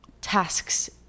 tasks